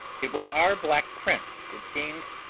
it was our black prince, it seems,